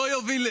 אה,